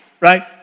right